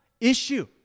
issue